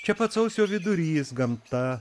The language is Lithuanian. čia pat sausio vidurys gamta